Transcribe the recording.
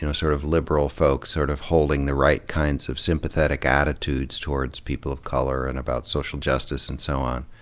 you know sort of liberal folks sort of holding the right kind of sympathetic attitudes towards people of color and about social justice and so on